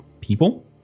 people